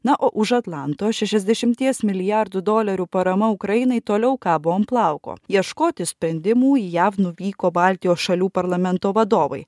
na o už atlanto šešiasdešimties milijardų dolerių parama ukrainai toliau kabo ant plauko ieškoti sprendimų į jav nuvyko baltijos šalių parlamento vadovai